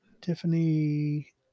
Tiffany